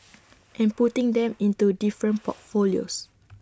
and putting them into different portfolios